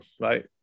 right